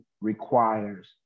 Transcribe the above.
requires